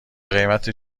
قیمت